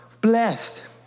blessed